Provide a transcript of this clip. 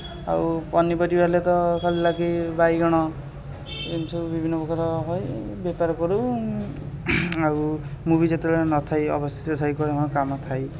ଆଉ ପନିପରିବା ହେଲେ ତ ଭଲଲାଗେ ବାଇଗଣ ଏମିତି ସବୁ ବିଭିନ୍ନ ପ୍ରକାର ହଇ ବେପାର କରୁ ଆଉ ମୁଁ ବି ଯେତେବେଳେ ନଥାଏ ଅବଶିଷ୍ଟ କ'ଣ କାମ ଥାଏ